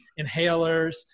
inhalers